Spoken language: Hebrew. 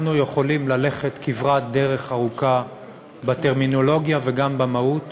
אנחנו יכולים ללכת כברת דרך ארוכה בטרמינולוגיה וגם במהות